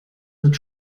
wird